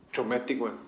traumatic [one]